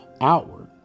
outward